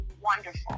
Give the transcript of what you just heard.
wonderful